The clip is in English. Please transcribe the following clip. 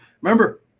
Remember